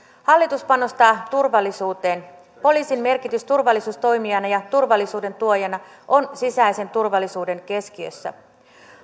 hallitus panostaa turvallisuuteen poliisin merkitys turvallisuustoimijana ja turvallisuuden tuojana on sisäisen turvallisuuden keskiössä